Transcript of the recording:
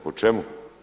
Po čemu?